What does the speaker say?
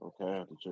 Okay